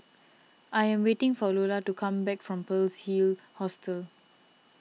I am waiting for Lola to come back from Pearl's Hill Hostel